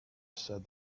said